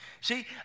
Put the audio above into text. See